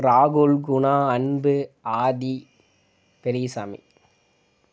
ராகுல் குணா அன்பு ஆதி பெரியசாமி